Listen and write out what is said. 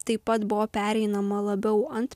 taip pat buvo pereinama labiau ant